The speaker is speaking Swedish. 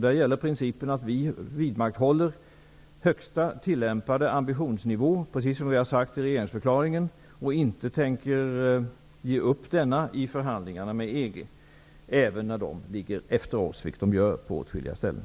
Där gäller principen att vi i enlighet med regeringsförklaringen vidmakthåller högsta tillämpade ambitionsnivå och inte tänker ge upp denna i förhandlingarna med EG, även om länder inom EG ligger efter oss, vilket de gör på åtskilliga ställen.